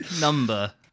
number